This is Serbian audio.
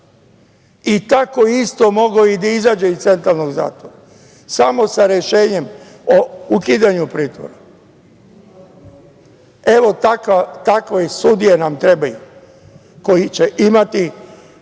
Tako isto mogao je i da izađe iz Centralnog zatvora, samo sa rešenjem o ukidanju pritvora. Evo, takve sudije nam trebaju, koje će imati